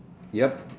yup